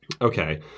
Okay